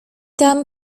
tam